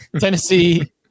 tennessee